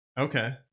okay